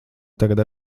tagad